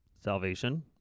salvation